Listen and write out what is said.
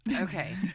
Okay